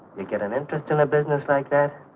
to get an interest in a business like that.